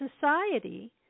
society